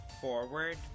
forward